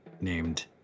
named